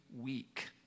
weak